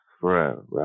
forever